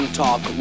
talk